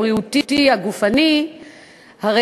הבריאותי הגופני של הילדים,